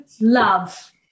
love